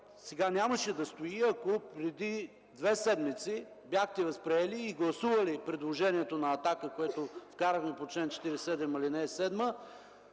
сега нямаше да стои, ако преди две седмици бяхте възприели и гласували предложението на „Атака”, което вкарахме по чл. 47, ал. 7, за